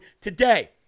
today